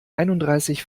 einunddreißig